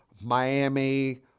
Miami